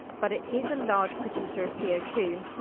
but it is a large producer of c o two.